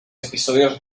episodios